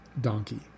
donkey